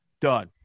Done